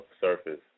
surface